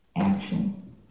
action